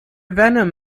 venom